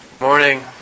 morning